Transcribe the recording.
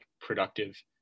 productive